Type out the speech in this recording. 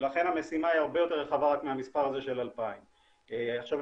לכן המשימה היא הרבה יותר רחבה רק מהמספר הזה של 2,000. לשאלתך,